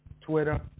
Twitter